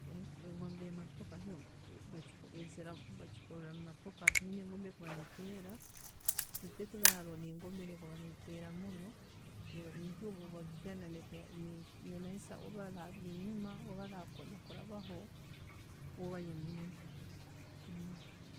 ﻿En- engoombe ya motoka yo eyi- eyiziramu, bagikorra mumotoka, then engombe erikuba ne’eteera, then haroho nengombe endi eteera muno, nikyo obu bagiteera eba nemanyisa oba ari enyuma, oba arikwenda kurabaho, uwe ayemeerra.